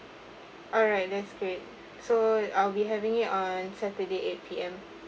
alright that's great so uh we're having it on saturday eight P_M